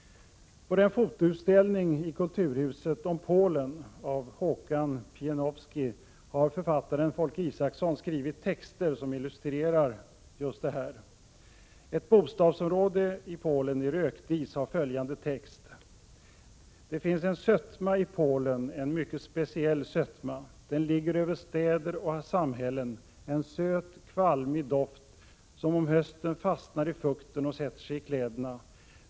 På en fotoutställning i Kulturhuset om Polen av Håkan Pieniowski har författaren Folke Isaksson skrivit texter som illustrerar just detta. Ett bostadsområde i Polen i rökdis har följande text: ”Det finns en sötma i Polen en mycket speciell sötma. Den ligger över städer och samhällen, en söt, kvalmig doft som om hösten fastnar i fukten och sätter sig i kläderna.